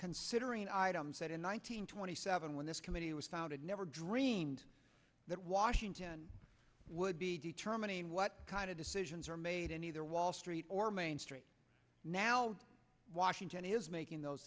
considering items that in one nine hundred twenty seven when this committee was founded never dreamed that washington would be determining what kind of decisions are made in either wall street or main street now washington is making those